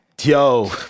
Yo